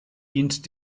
dient